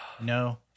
No